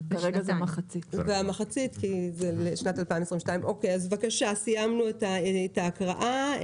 והמחצית כי זה לשנת 2022. סיימנו את ההקראה.